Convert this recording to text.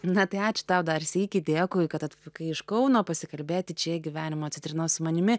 na tai ačiū tau dar sykį dėkui kad atvykai iš kauno pasikalbėti čia į gyvenimo citrinos su manimi